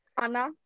Anna